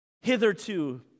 Hitherto